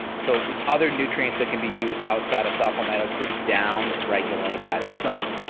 so there's other nutrients that can be used outside of supplements to down regulate that enzyme.